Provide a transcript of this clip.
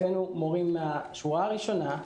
הבאנו מורים מהשורה הראשונה,